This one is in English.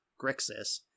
grixis